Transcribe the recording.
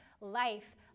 life